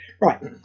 right